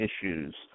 issues